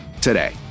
today